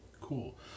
Cool